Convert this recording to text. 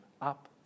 Up